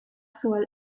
soil